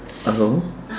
hello